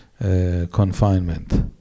confinement